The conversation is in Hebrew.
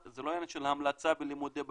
זה לא עניין של המלצה בלימודי ביולוגיה,